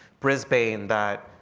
brisbane that